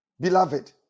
Beloved